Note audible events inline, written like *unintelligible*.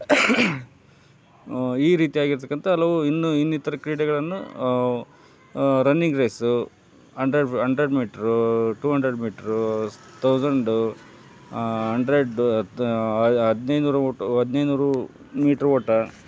ಈ ರೀತಿಯಾಗಿರ್ತಕ್ಕಂಥ ಹಲವು ಇನ್ನೂ ಇನ್ನಿತರ ಕ್ರೀಡೆಗಳನ್ನು running race hundred hundred metre two hundred metre ಸ್ ತೌಝಂಡು ಅಂಡ್ರೆಡ್ಡು ಅತ್ ಹದ್ನೈದ್ನೂರು *unintelligible* ಹದ್ನೈದ್ನೂರು ಮೀಟ್ರು ಓಟ